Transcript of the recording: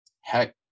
heck